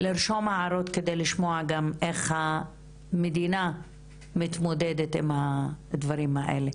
תרשמו הערות כי אנחנו נרצה לשמוע איך המדינה מתמודדת עם הדברים האלה.